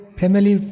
family